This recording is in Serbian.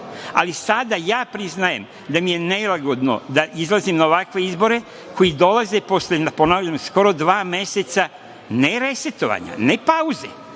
Ali, sada ja priznajem da mi je nelagodno da izlazim na ovakve izbore koji dolaze posle skoro dva meseca, ne resetovanja, ne pauze,